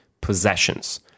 possessions